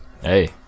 hey